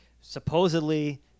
supposedly